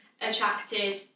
attracted